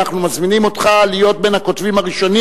אנחנו מזמינים אותך להיות בין הכותבים הראשונים